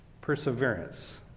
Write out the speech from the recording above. perseverance